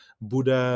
bude